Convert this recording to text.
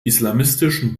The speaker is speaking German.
islamistischen